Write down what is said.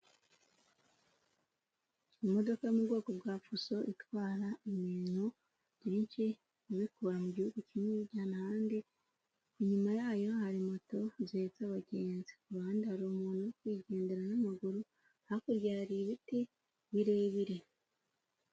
Imodoka yo mu bwoko bwa fuso itwara ibintu byinshi ibikura mu gihugu kimwe ibijyana ahandi, inyuma yayo hari moto zihetse abagenzi. Ku ruhande hari umuntu uri kwigendera n'amaguru, hakurya hari ibiti birebire.